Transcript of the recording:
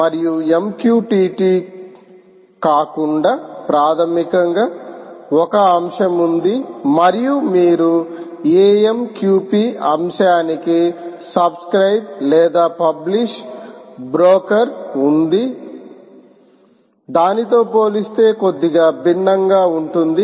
మరియు MQTT కాకుండా ప్రాథమికంగా ఒక అంశం ఉంది మరియు మీరు AMQP అంశానికి సబ్స్క్రయిబ్ లేదా పబ్లిష్ బ్రోకర్ ఉంది దానితో పోలిస్తే కొద్దిగా భిన్నంగా ఉంటుంది